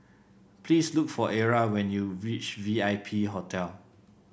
please look for Era when you reach V I P Hotel